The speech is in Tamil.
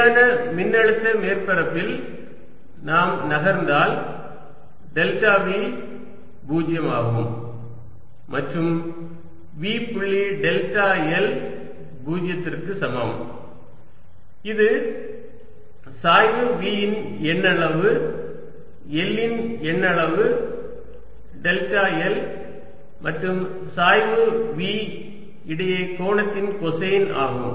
நிலையான மின்னழுத்த மேற்பரப்பில் நாம் நகர்ந்தால் டெல்டா V 0 ஆகும் மற்றும் V புள்ளி டெல்டா l 0 க்கு சமம் இது சாய்வு V இன் எண்ணளவு l இன் எண்ணளவு டெல்டா l மற்றும் சாய்வு V இடையே கோணத்தின் கோசைன் ஆகும்